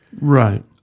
Right